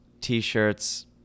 T-shirts